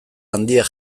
handiak